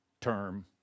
term